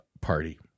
party